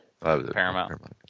Paramount